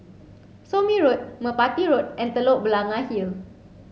Somme Road Merpati Road and Telok Blangah Hill